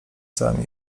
całym